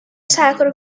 sacro